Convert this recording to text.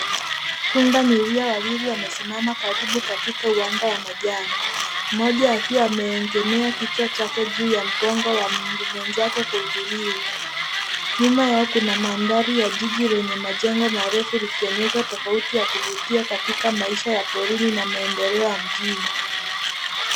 Pundamilia wawili wamesimama karibu katika uwanja wa majani, mmoja akiwa ameegemea kichwa chake juu ya mgongo wa mwenzake kwa utulivu. Nyuma yao kuna mandhari ya jiji lenye majengo marefu likionyesha tofauti ya kuvutia katika maisha ya porini na maendeleo ya mjini.